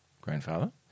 grandfather